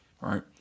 right